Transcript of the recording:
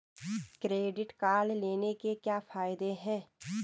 Credit card लेने के क्या फायदे हैं?